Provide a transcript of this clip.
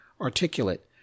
articulate